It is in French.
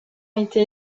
été